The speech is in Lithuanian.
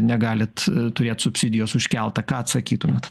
negalit turėt subsidijos užkeltą ką atsakytumėt